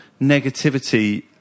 negativity